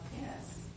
Yes